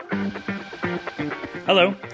Hello